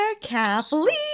Kathleen